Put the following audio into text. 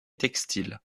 textile